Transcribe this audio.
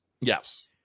Yes